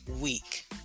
week